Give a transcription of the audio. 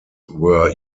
were